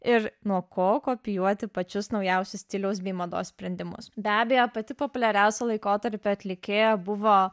ir nuo ko kopijuoti pačius naujausius stiliaus bei mados sprendimus be abejo pati populiariausia laikotarpio atlikėja buvo